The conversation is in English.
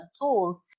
tools